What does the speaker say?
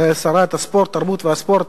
לשרת התרבות והספורט,